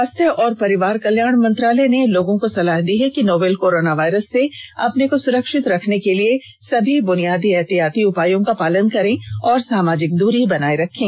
स्वास्थ्य और परिवार कल्याण मंत्रालय ने लोगों को सलाह दी है कि वे नोवल कोरोना वायरस से अपने को सुरक्षित रखने के लिए सभी बुनियादी एहतियाती उपायों का पालन करें और सामाजिक दूरी बनाए रखें